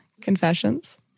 confessions